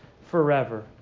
forever